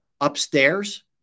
upstairs